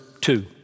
two